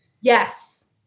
Yes